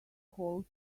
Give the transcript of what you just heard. calls